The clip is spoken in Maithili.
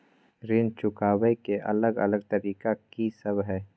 ऋण चुकाबय के अलग अलग तरीका की सब हय?